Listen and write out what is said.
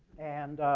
and